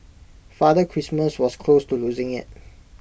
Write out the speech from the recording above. Father Christmas was close to losing IT